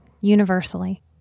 universally